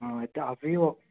అయితే అవి